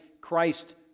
Christ